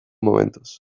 momentuz